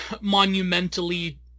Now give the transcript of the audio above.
monumentally